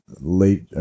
late